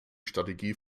strategie